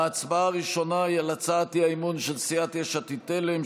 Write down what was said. ההצבעה הראשונה היא על הצעת האי-אמון של סיעת יש עתיד-תל"ם,